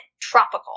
tropical